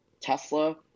Tesla